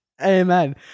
Amen